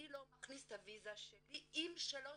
אני לא מכניס את הוויזה שלי עם שלוש